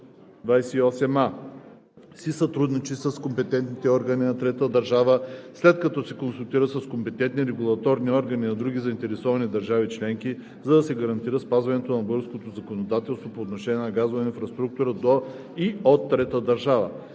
„28а. си сътрудничи с компетентните органи на трета държава, след като се консултира с компетентните регулаторни органи на други заинтересовани държави членки, за да се гарантира спазването на българското законодателство по отношение на газова инфраструктура до и от трета държава,